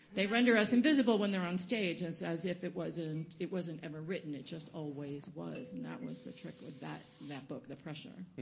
they render us invisible when they're on stage, as if if it wasn't it wasn't ever written, it just always was. and that was the trick with that that book, the pressure.